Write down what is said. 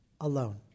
alone